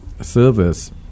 service